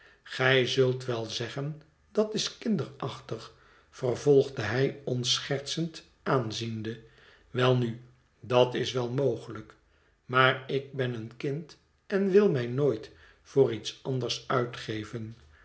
gij zult wel zeggen dat is kinderachtig vervolgde hij ons schertsend aanziende welnu dat is wel mogelijk maar ik ben een kind en wil mij nooit voor iets anders uitgeven